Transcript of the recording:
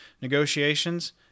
negotiations